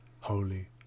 holy